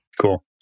Cool